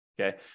Okay